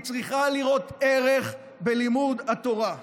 היא צריכה לראות ערך בלימוד התורה.